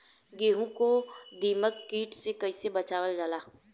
गेहूँ को दिमक किट से कइसे बचावल जाला?